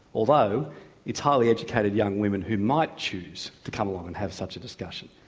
although it's highly educated young women who might choose to come along and have such a discussion.